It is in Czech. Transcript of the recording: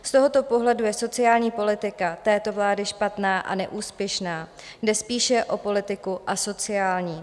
Z tohoto pohledu je sociální politika této vlády špatná a neúspěšná, jde spíše o politiku asociální.